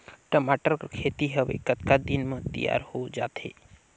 टमाटर कर खेती हवे कतका दिन म तियार हो जाथे?